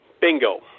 Bingo